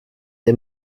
der